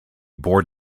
bored